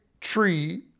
tree